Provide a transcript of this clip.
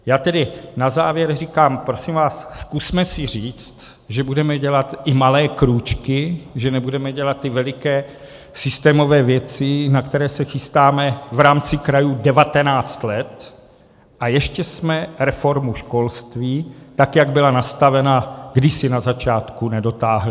Já tedy na závěr říkám prosím vás, zkusme si říct, že budeme dělat i malé krůčky, že nebudeme dělat ty veliké systémové věci, na které se chystáme v rámci krajů 19 let, a ještě jsme reformu školství, tak jak byla nastavena kdysi na začátku, nedotáhli.